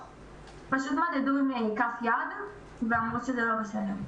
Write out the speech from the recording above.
פשוט מדדו עם כף היד ואמרו שזה לא בסדר.